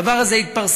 הדבר הזה התפרסם.